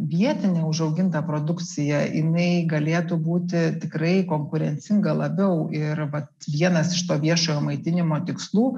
vietinė užauginta produkcija jinai galėtų būti tikrai konkurencinga labiau ir vat vienas iš to viešojo maitinimo tikslų